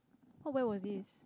what where was this